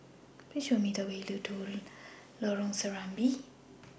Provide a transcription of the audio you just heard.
Please Show Me The Way to Lorong Serambi